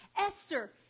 Esther